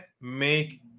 make